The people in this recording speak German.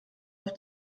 auf